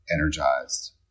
energized